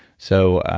so,